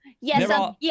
Yes